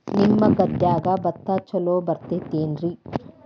ನಿಮ್ಮ ಗದ್ಯಾಗ ಭತ್ತ ಛಲೋ ಬರ್ತೇತೇನ್ರಿ?